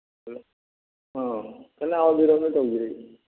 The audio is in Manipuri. ꯍꯂꯣ ꯑ ꯀꯅꯥ ꯑꯣꯏꯕꯤꯔꯕꯅꯣ ꯇꯧꯕꯤꯔꯛꯏꯁꯤ